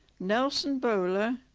nelson bowler,